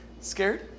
Scared